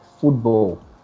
football